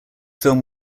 film